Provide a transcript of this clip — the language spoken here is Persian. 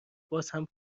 بازهم